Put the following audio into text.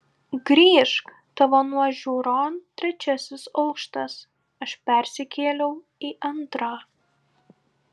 grįžk tavo nuožiūron trečiasis aukštas aš persikėliau į antrą